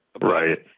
Right